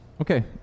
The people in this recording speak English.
Okay